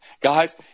Guys